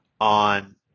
on